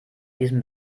diesem